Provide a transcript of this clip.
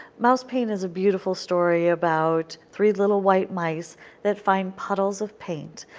mouse paint is a beautiful story about three little white mice that find puddles of paint.